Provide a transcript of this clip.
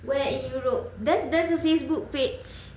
where europe there's there's a facebook page